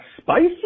spicy